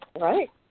Right